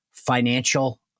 financial